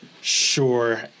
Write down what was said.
sure